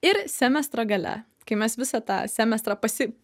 ir semestro gale kai mes visą tą semestrą pasi